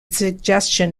suggestion